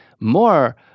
More